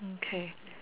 okay